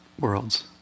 worlds